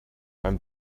beim